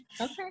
Okay